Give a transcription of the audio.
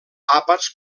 àpats